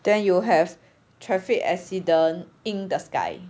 then you have traffic accident in the sky